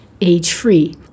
age-free